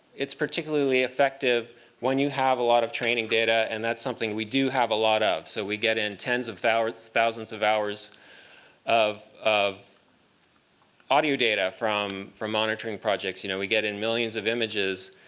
particularly effective when you have a lot of training data. and that's something we do have a lot of. so we get in tens of thousands thousands of hours of of audio data from from monitoring projects. you know we get in millions of images.